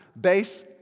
base